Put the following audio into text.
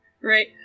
Right